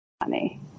money